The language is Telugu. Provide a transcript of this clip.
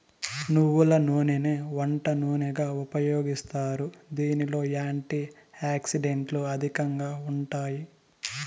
నువ్వుల నూనెని వంట నూనెగా ఉపయోగిస్తారు, దీనిలో యాంటీ ఆక్సిడెంట్లు అధికంగా ఉంటాయి